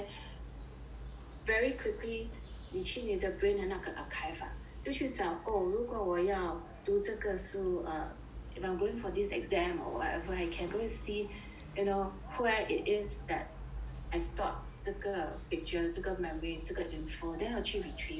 very quickly 你去你的 brain 的那个 archive ah 就去找 oh 如果我要读这个书 err if I'm going for this exam or whatever I can go to see you know where it is that I stored 这个 picture 这个 memory 这个 info then 我去 retrieve it